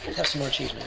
have some more cheese,